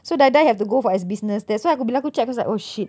so die die have to go for as business that's why bila aku check I was like oh shit